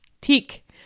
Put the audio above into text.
Teak